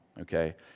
okay